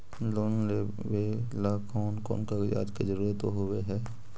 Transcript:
Loan लेबे ला कौन कौन कागजात के जरुरत होबे है?